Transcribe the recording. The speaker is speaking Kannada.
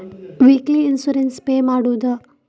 ವೀಕ್ಲಿ ಇನ್ಸೂರೆನ್ಸ್ ಪೇ ಮಾಡುವುದ?